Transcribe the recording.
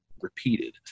repeated